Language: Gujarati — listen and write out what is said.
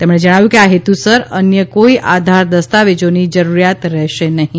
તેમણે જણાવ્યું કે આ હેતુસર અન્ય કોઇ આધાર દસ્તાવેજોની જરૂરિયાત રહેશે નહિ